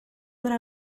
would